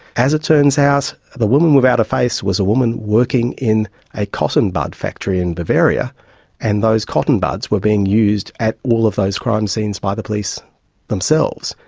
as it turns out, the woman without a face was a woman working in a cotton bud factory in bavaria and those cotton buds were being used at all of those crime scenes by the police themselves.